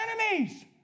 enemies